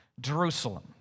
Jerusalem